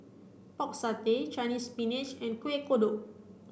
pork satay Chinese spinach and Kueh Kodok